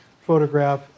photograph